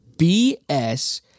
BS